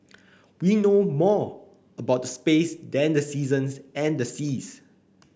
we know more about space than the seasons and the seas